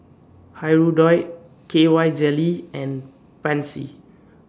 Hirudoid K Y Jelly and Pansy